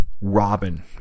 Robin